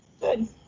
Good